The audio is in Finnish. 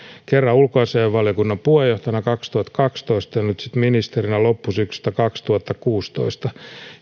kerran ulkoasiainvaliokunnan puheenjohtajana kaksituhattakaksitoista ja nyt sitten ministerinä loppusyksystä kaksituhattakuusitoista